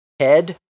Head